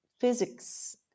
physics